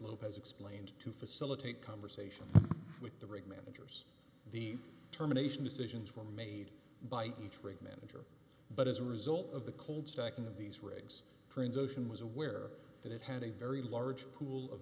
lopez explained to facilitate conversation with the rig manager the terminations decisions were made by a trick manager but as a result of the cold stacking of these rigs friends ocean was aware that it had a very large pool of